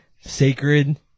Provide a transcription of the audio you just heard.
sacred